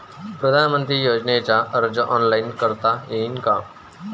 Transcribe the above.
पंतप्रधान योजनेचा अर्ज ऑनलाईन करता येईन का?